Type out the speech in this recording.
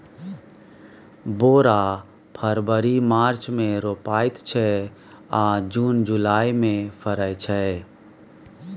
बोरा फरबरी मार्च मे रोपाइत छै आ जुन जुलाई मे फरय छै